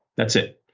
that's it.